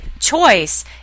Choice